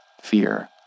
fear